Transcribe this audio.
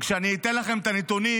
כשאני אתן לכם את הנתונים,